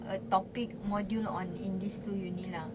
a topic module not on in these two uni lah